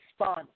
response